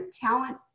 talent